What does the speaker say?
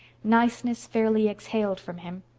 niceness fairly exhaled from him.